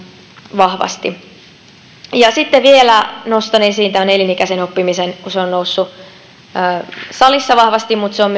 vahvasti sitten vielä nostan esiin tämän elinikäisen oppimisen kun se on noussut salissa vahvasti ja se on